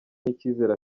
n’icyizere